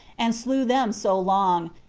and slew them so long,